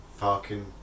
parking